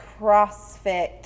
crossfit